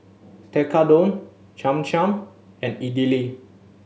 Tekkadon Cham Cham and Idili